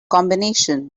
combination